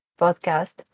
podcast